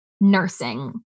nursing